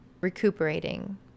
recuperating